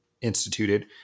instituted